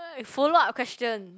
follow up question